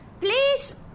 please